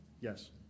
Yes